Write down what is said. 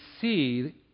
see